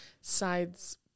sides